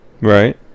right